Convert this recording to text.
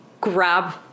grab